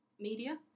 Media